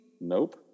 Nope